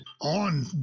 on